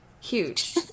Huge